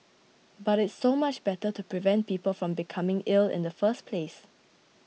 but it's so much better to prevent people from becoming ill in the first place